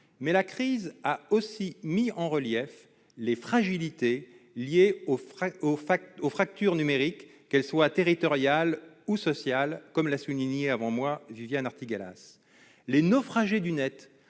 Mais la crise a mis aussi en relief les fragilités liées aux fractures numériques, qu'elles soient territoriales ou sociales, comme l'a souligné avant moi Viviane Artigalas. Les naufragés du Net,